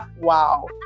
wow